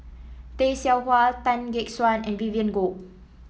Tay Seow Huah Tan Gek Suan and Vivien Goh